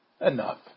enough